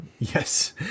Yes